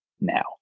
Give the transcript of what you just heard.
now